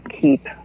keep